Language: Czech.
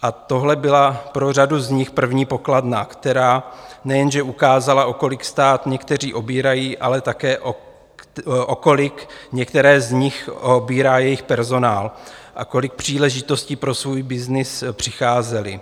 A tohle byla pro řadu z nich první pokladna, která nejen že ukázala, o kolik stát někteří obírají, ale také, o kolik některé z nich obírá jejich personál a o kolik příležitostí pro svůj byznys přicházeli.